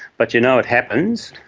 but you know it happens.